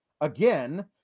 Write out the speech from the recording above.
Again